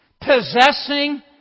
possessing